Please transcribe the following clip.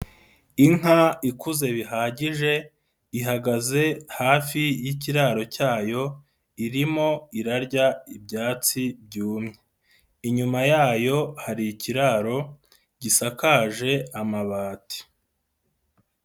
Inka ikuze bihagije ihagaze hafi y'ikiraro cyayo irimo irarya ibyatsi byumye, inyuma yayo hari ikiraro gisakaje amabati.